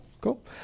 cool